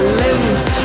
limbs